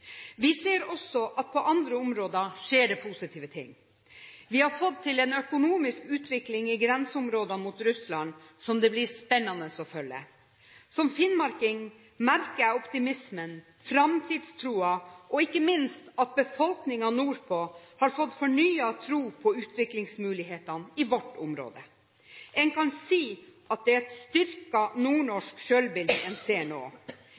på andre områder skjer positive ting. Vi har fått til en økonomisk utvikling i grenseområdene mot Russland som det blir spennende å følge. Som finnmarking merker jeg optimismen, framtidstroen og ikke minst at befolkningen nordpå har fått fornyet tro på utviklingsmulighetene i vårt område. En kan si at det er et styrket nordnorsk selvbilde en ser nå.